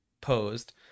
posed